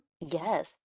Yes